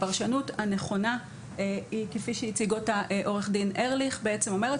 הפרשנות הנכונה היא כפי שהציג אותה עו"ד ארליך בעצם אומרת